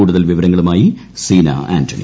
കൂടുതൽ വിവരങ്ങളുമായി സീന ആന്റണി